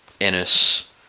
Ennis